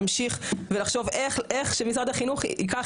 להמשיך ולחשוב איך שמשרד החינוך ייקח